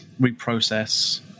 reprocess